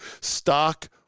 stock